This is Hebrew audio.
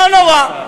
לא נורא.